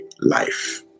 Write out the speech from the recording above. life